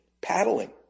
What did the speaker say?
paddling